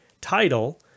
title